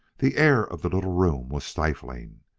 the air of the little room was stifling.